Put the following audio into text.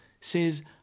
says